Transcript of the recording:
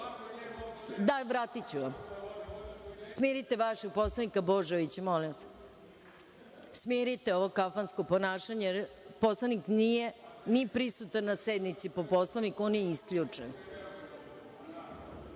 vratiću vam. Smirite vašeg poslanika Božovića, molim vas. Smirite ovo kafansko ponašanje jer poslanik nije ni prisutan na sednici. Po Poslovniku, on je isključen.(Balša